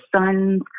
sons